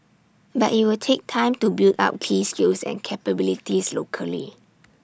but IT will take time to build up key skills and capabilities locally